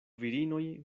virinoj